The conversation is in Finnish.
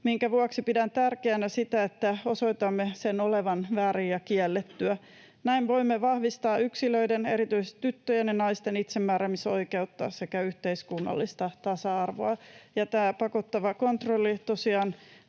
minkä vuoksi pidän tärkeänä sitä, että osoitamme sen olevan väärin ja kiellettyä. Näin voimme vahvistaa yksilöiden, erityisesti tyttöjen ja naisten, itsemääräämisoikeutta sekä yhteiskunnallista tasa-arvoa. Tämä pakottava kontrolli